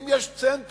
אם יש צנטרום,